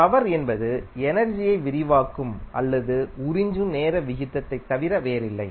power என்பது எனர்ஜியை விரிவாக்கும் அல்லது உறிஞ்சும் நேர விகிதத்தைத் தவிர வேறில்லை